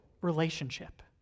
relationship